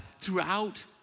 throughout